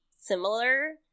similar